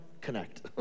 connect